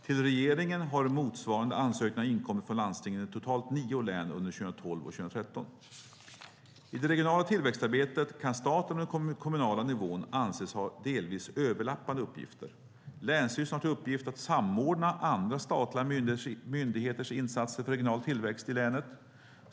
Till regeringen har motsvarande ansökningar inkommit från landstingen i totalt nio län under 2012 och 2013. I det regionala tillväxtarbetet kan staten och den kommunala nivån anses ha delvis överlappande uppgifter. Länsstyrelsen har till uppgift att samordna andra statliga myndigheters insatser för regional tillväxt i länet.